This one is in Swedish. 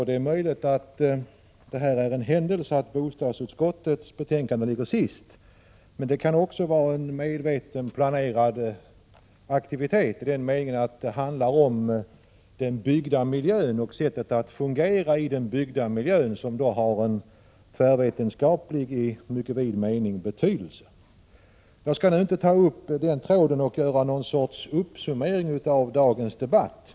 Det är möjligt att det är en händelse att bostadsutskottets betänkande placerats sist, men det kan också bero på en medveten planering i den meningen att det handlar om den byggda miljön och om sättet att fungera i denna, vilket har en i mycket vid mening tvärvetenskaplig betydelse. Jag skall nu inte försöka göra någon summering av dagens debatt.